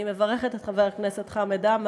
אני מברכת את חבר הכנסת חמד עמאר,